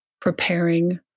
preparing